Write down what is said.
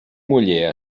muller